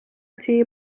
цієї